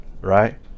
Right